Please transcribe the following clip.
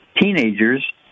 teenagers